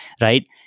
right